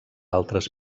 altres